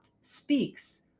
speaks